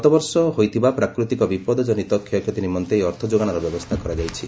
ଗତବର୍ଷ ହୋଇଥିବା ପ୍ରାକୃଥିକ ବିପଦ ଜନିତ କ୍ଷୟକ୍ଷତି ନିମନ୍ତେ ଏହି ଅର୍ଥ ଯୋଗାଣର ବ୍ୟବସ୍ଥା କରାଯାଇଛି